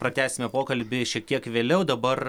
pratęsime pokalbį šiek tiek vėliau dabar